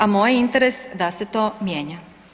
A moj je interes da se to mijenja.